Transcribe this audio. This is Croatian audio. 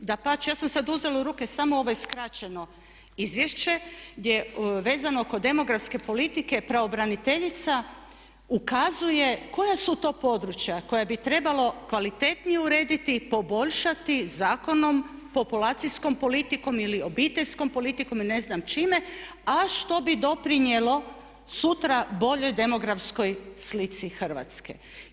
Dapače, ja sam uzela u ruke samo ovaj skraćeno izvješće gdje vezano kod demografske politike pravobraniteljica ukazuje koja su to područja koja bi trebalo kvalitetnije urediti, poboljšati zakonom, populacijskom politikom ili obiteljskom politikom i ne znam čime a što bi doprinijelo sutra boljoj demografskoj slici Hrvatske.